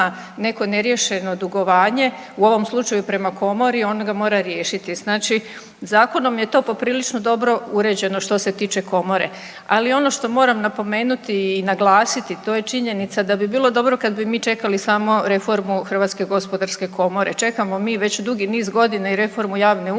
neko neriješeno dugovanje, u ovom slučaju prema Komori on ga mora riješiti. Znači zakonom je to poprilično dobro uređeno što se tiče Komore. Ali ono što moram napomenuti i naglasiti to je činjenica da bi bilo dobro kad bi mi čekali samo reformu Hrvatske gospodarske komore. Čekamo mi već dugi niz godina i reformu javne uprave,